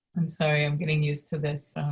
i'm sorry, i'm getting used to this